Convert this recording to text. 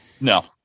no